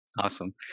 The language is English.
Awesome